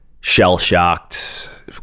shell-shocked